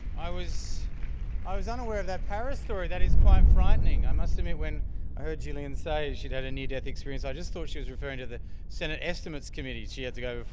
i was i was unaware of that paris story, that is quite frightening. i must admit when i heard gillian say she had a near death experience, i just thought she was referring to the senate estimates committee she had to go